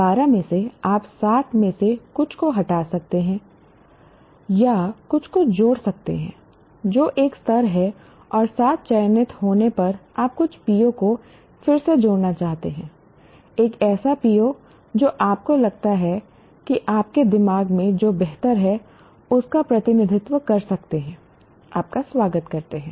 12 में से आप 7 में से कुछ को हटा सकते हैं या कुछ को जोड़ सकते हैं जो एक स्तर है और 7 चयनित होने पर आप कुछ PO को फिर से जोड़ना चाहते हैं एक ऐसा PO जो आपको लगता है कि आपके दिमाग में जो बेहतर है उसका प्रतिनिधित्व कर सकते हैं आपका स्वागत करते हैं